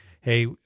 hey